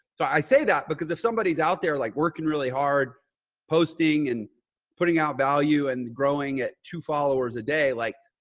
so i say that because if somebody is out there like working really hard posting and putting out value and growing at two followers a day, like,